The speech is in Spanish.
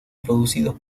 producidos